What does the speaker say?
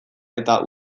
eta